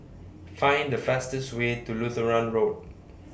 Find The fastest Way to Lutheran Road